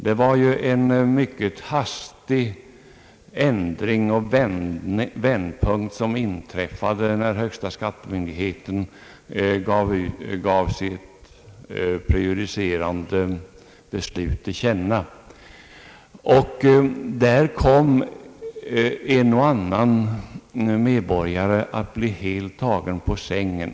Det inträffade ju en mycket hastig ändring av praxis, när högsta skattemyndigheten gav sitt prejudicerande beslut till känna, och i detta fall kom en och annan medborgare att bli helt tagen på sängen.